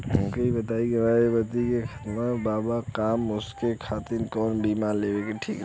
हमके ई बताईं कि हमरे पति क खतरा वाला काम बा ऊनके खातिर कवन बीमा लेवल ठीक रही?